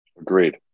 Agreed